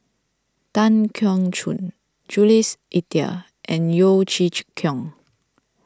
Tan Keong Choon Jules Itier and Yeo Chee Chee Kiong